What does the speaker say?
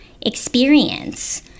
experience